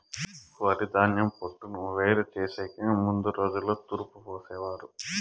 వరిధాన్యం పొట్టును వేరు చేసెకి ముందు రోజుల్లో తూర్పు పోసేవారు